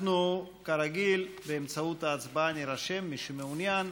אנחנו, כרגיל, באמצעות ההצבעה נירשם, מי שמעוניין.